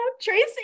tracy